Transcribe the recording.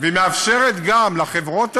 ומאפשרת גם, לחברות האלה,